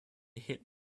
hit